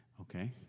Okay